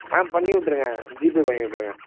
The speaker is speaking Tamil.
ஆ பண்ணி விட்டுருங்க ஜீபே பண்ணி விட்டுருங்க